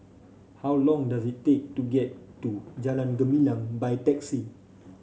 how long does it take to get to Jalan Gumilang by taxi